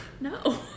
No